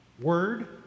word